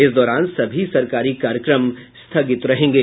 इस दौरान सभी सरकारी कार्यक्रम स्थगित रहेंगे